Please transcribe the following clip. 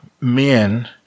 men